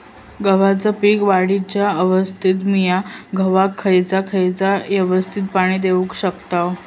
गव्हाच्या पीक वाढीच्या अवस्थेत मिया गव्हाक खैयचा खैयचा अवस्थेत पाणी देउक शकताव?